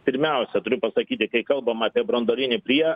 pirmiausia turiu pasakyti kai kalbam apie branduolinį prie